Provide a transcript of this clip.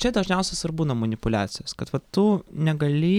čia dažniausios ir būna manipuliacijos kad vat tu negali